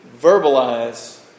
verbalize